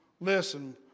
Listen